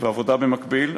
ועבודה במקביל,